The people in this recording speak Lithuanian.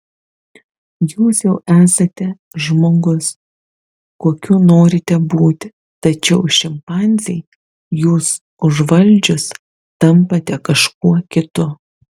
jūs jau esate žmogus kokiu norite būti tačiau šimpanzei jus užvaldžius tampate kažkuo kitu